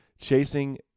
chasing